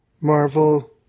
Marvel